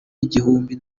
igihumbi